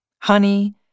honey